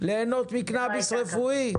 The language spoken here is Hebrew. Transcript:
ליהנות מקנביס רפואי.